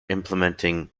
implementing